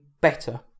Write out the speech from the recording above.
better